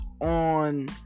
on